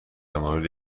مورد